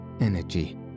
energy